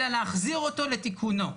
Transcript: אלא להחזיר אותו לתיקונו.